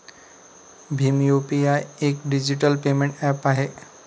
Bhim UPI एक digital payment app आहे